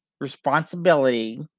responsibility